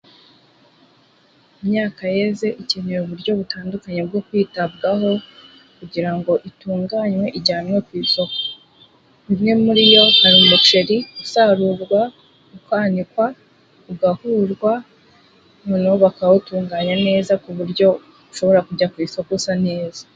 Imyaka yeze ikeneye uburyo butandukanye bwo kwitabwaho kugira ngo itunganywe ijyanwe ku isoko, imwe muri yo hari umuceri usarurwa ukanikwa ugahurwa noneho bakawutunganya neza, ku buryo ushobora kujya ku isoko usa neza.